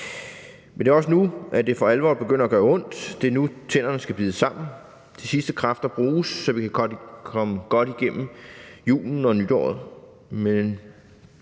Men det er også nu, at det for alvor begynder at gøre ondt. Det er nu, tænderne skal bides sammen og de sidste kræfter bruges, så vi kan komme godt igennem julen og nytåret.